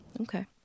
Okay